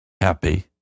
happy